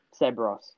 Sebros